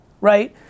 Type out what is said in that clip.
right